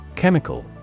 Chemical